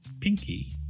pinky